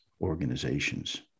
organizations